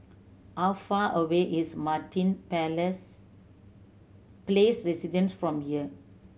how far away is Martin Palace Place Residences from here